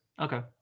Okay